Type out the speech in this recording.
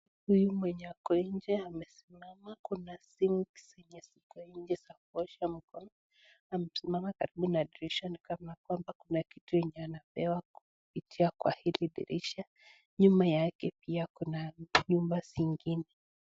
Huyu mwenye ako njee anasimama kuna sinks ya kuosha mkono na tunaona karibu na dirisha, ni kama kwamba kuna kitu anapewa kupitia hili dirisha nyuma yake Kuna Pia nyumba zingine.